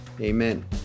Amen